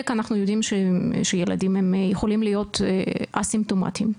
אנחנו יודעים שילדים יכולים להיות אסימפטומטיים,